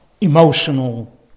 emotional